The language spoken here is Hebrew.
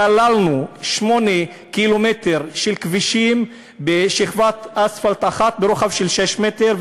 סללנו 8 קילומטר של כבישים בשכבת אספלט אחת ברוחב של 6 מטרים,